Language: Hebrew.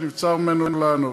שנבצר ממנו לענות.